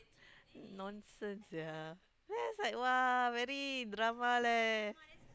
nonsense sia that's like !wah! very drama leh